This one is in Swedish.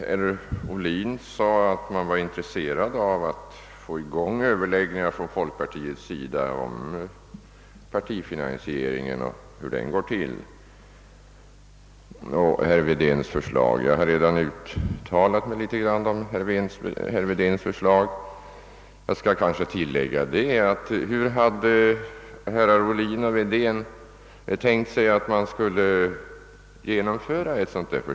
Herr Ohlin sade att man inom folkpartiet var intresserad av att få i gång överläggningar om hur partifinansieringen går till, och han erinrade om herr Wedéns förslag. Jag har redan något uttalat mig om detta förslag. Kanske skall jag lägga till frågan: Hur har herrar Ohlin och Wedén tänkt sig att förslaget skall genomföras?